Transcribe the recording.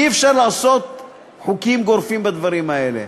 אי-אפשר לעשות חוקים גורפים בדברים האלה.